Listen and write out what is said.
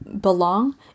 belong